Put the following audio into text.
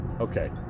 okay